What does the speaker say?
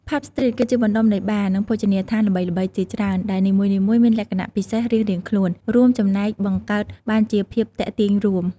ផាប់ ស្ទ្រីត គឺជាបណ្ដុំនៃបារ និងភោជនីយដ្ឋានល្បីៗជាច្រើន ដែលនីមួយៗមានលក្ខណៈពិសេសរៀងៗខ្លួន រួមចំណែកបង្កើតបានជាភាពទាក់ទាញរួម។